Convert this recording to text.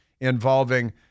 involving